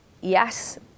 Yes